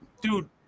dude